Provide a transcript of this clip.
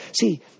See